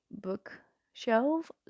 bookshelf